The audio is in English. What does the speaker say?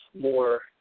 more